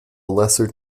lesser